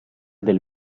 del